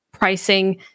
pricing